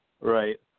Right